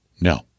No